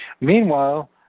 Meanwhile